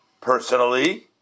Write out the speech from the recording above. personally